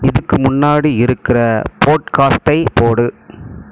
இதுக்கு முன்னாடி இருக்கிற போட்காஸ்ட்டை போடு